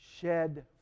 shed